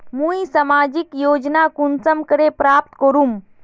मुई सामाजिक योजना कुंसम करे प्राप्त करूम?